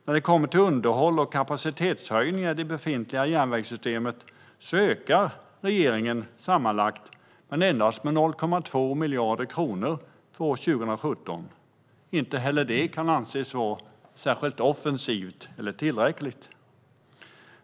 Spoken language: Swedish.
När det gäller underhåll och kapacitetshöjningar i det befintliga järnvägssystemet ökar regeringen sammanlagt med endast 0,2 miljarder för 2017. Inte heller det kan anses vara offensivt eller tillräckligt.